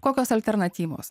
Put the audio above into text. kokios alternatyvos